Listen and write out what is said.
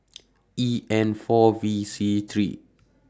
E N four V C three